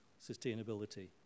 sustainability